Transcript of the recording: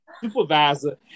supervisor